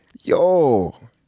Yo